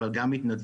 אבל גם מתנדבים,